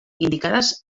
indicades